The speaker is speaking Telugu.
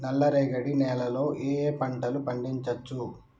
నల్లరేగడి నేల లో ఏ ఏ పంట లు పండించచ్చు?